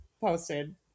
posted